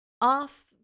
off